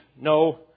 no